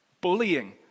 Bullying